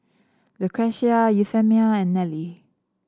Lucretia Euphemia and Nellie